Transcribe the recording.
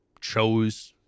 chose